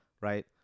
right